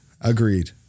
agreed